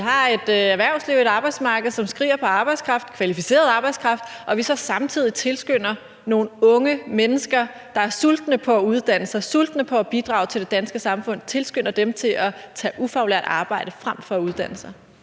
vi har et erhvervsliv, et arbejdsmarked, som skriger på arbejdskraft, kvalificeret arbejdskraft, og at vi så samtidig tilskynder nogle unge mennesker, der er sultne på at uddanne sig, sultne på at bidrage til det danske samfund, til at tage ufaglært arbejde frem for at uddanne sig?